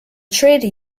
trade